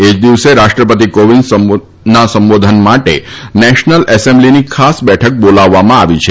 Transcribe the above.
એ જ દિવસે રાષ્ટ્રપતિ કોવિંદના સંબોધન માટે નેશનલ એસેમ્બલીની ખાસ બેઠક બોલાવવામાં આવી છે